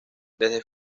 desde